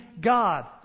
God